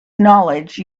knowledge